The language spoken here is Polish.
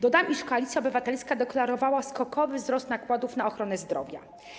Dodam, iż Koalicja Obywatelska deklarowała skokowy wzrost nakładów na ochronę zdrowia.